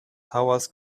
hours